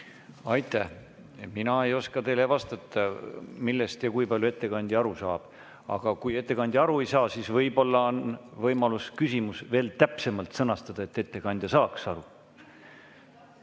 Aitäh! Mina ei oska teile vastata, millest ja kui palju ettekandja aru saab. Aga kui ettekandja aru ei saa, siis on võimalus küsimus veel täpsemalt sõnastada, et ettekandja saaks aru.